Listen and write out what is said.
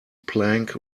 plank